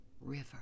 River